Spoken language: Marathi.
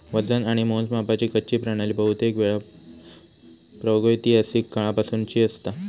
वजन आणि मोजमापाची कच्ची प्रणाली बहुतेकवेळा प्रागैतिहासिक काळापासूनची असता